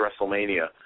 WrestleMania